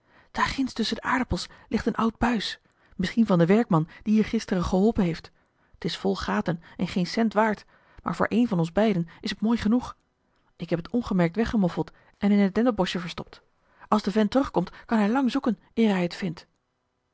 daar ginds tusschen de aardappels ligt een oud buis misschien van den werkman die hier gisteren geholpen heeft t is vol gaten en geen cent waard maar voor één van ons beiden is het mooi genoeg ik heb het ongemerkt weggemoffeld en in het dennenboschje verstopt als de vent terugkomt kan hij lang zoeken eer hij het vindt